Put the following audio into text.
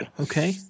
Okay